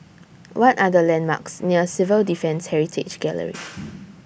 What Are The landmarks near Civil Defence Heritage Gallery